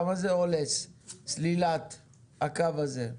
כמה עולה סלילת הקו הזה?